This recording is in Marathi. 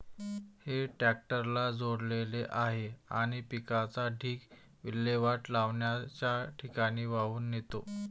हे ट्रॅक्टरला जोडलेले आहे आणि पिकाचा ढीग विल्हेवाट लावण्याच्या ठिकाणी वाहून नेतो